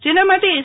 જેના માટે એસ